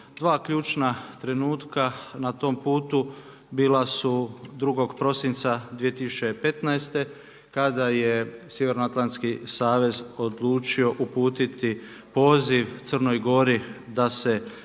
Dva ključna trenutka na tom putu bila su 2. prosinca 2015. kada je Sjevernoatlantski savez odlučio uputiti poziv Crnoj Gori da se